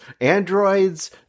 androids